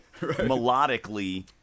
melodically